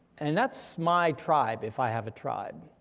and that's my tribe, if i have a tribe,